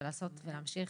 לעשות ולהמשיך